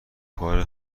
کار